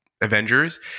Avengers